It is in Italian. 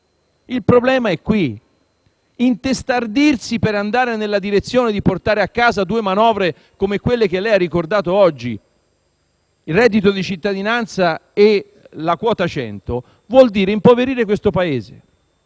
il problema è qui. Intestardirsi per andare nella direzione di portare a casa due manovre come quelle che lei ha ricordato oggi, il reddito di cittadinanza e la quota 100, vuol dire impoverire questo Paese.